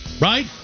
Right